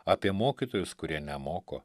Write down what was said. apie mokytojus kurie nemoko